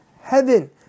heaven